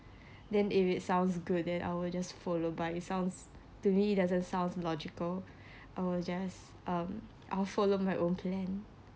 then if it sounds good then I will just follow but it sounds to me it doesn't sound logical I will just um I will follow my own plan